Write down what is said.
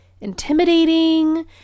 intimidating